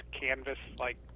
canvas-like